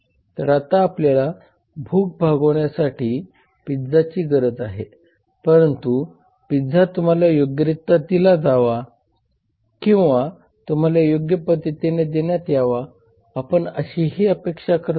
तर आता आपल्याला भूक भागवण्यासाठी पिझ्झाची गरज आहे परंतु पिझ्झा तुम्हाला योग्यरित्या दिला जावा किंवा तुम्हाला योग्य पद्धतीने देण्यात यावा आपण अशी ही अपेक्षा करता